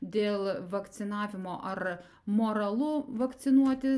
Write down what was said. dėl vakcinavimo ar moralu vakcinuotis